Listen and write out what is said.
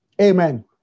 Amen